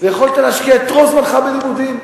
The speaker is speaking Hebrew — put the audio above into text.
ויכולת להשקיע את רוב זמנך בלימודים.